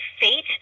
fate